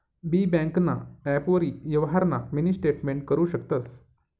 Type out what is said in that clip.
बी ब्यांकना ॲपवरी यवहारना मिनी स्टेटमेंट करु शकतंस